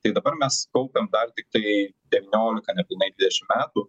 tai dabar mes kaupiam dar tiktai devyniolika nepilnai dvidešimt metų